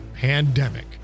Pandemic